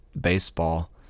baseball